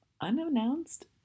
unannounced